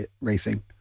racing